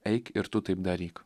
eik ir tu taip daryk